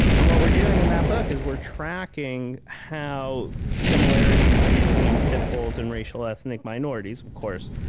and what we're doing in that book is we're tracking how similarities between pit bulls and racial ethnic minorities of course,